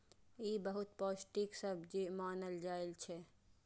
ई बहुत पौष्टिक सब्जी मानल जाइ छै